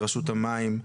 לרשות המים,